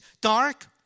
dark